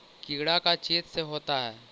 कीड़ा का चीज से होता है?